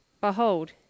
Behold